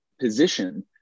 position